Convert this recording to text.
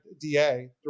DA